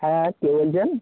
হ্যাঁ কে বলছেন